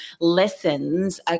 lessons